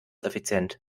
effizient